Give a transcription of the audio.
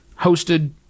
hosted